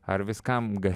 ar viskam